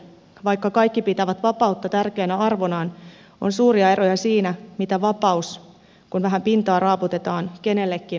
vaikka kaikki pitävät vapautta tärkeänä arvonaan on suuria eroja siinä mitä vapaus kun vähän pintaa raaputetaan kenellekin tarkoittaa